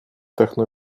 techno